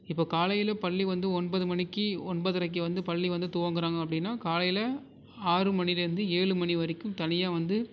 இப்போ காலையில் பள்ளி வந்து ஒன்பது மணிக்கு ஒன்பதரைக்கு வந்து பள்ளி வந்து துவங்கிறாங்க அப்படின்னா காலையில ஆறு மணியிலேந்து ஏழு மணி வரைக்கும் தனியாக வந்து